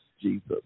Jesus